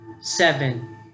Seven